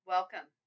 Welcome